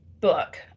book